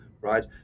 right